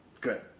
good